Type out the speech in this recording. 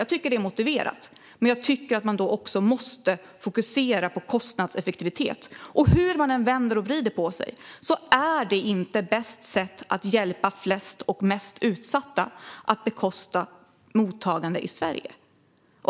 Jag tycker att det är motiverat men att man måste fokusera på kostnadseffektivitet, och hur man än vänder och vrider på det är inte bästa sättet att hjälpa flest och mest utsatta att bekosta mottagande i Sverige.